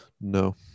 No